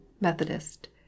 Methodist